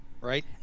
Right